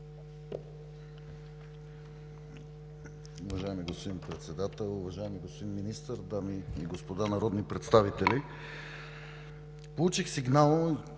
Уважаеми господин Председател, уважаеми господин Министър, дами и господа народни представители! Получих сигнал